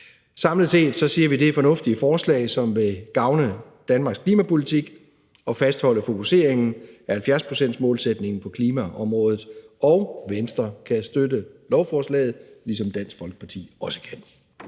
Samlet set synes vi, det er fornuftige forslag, som vil gavne Danmarks klimapolitik og fastholde fokus på 70-procentsmålsætningen på klimaområdet. Venstre kan støtte lovforslag, ligesom Dansk Folkeparti også kan